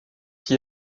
qui